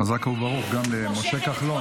חזק וברוך, גם למשה כחלון.